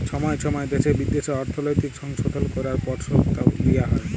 ছময় ছময় দ্যাশে বিদ্যাশে অর্থলৈতিক সংশধল ক্যরার পরসতাব লিয়া হ্যয়